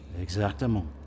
Exactement